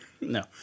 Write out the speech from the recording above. No